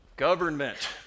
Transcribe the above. Government